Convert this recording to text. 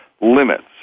limits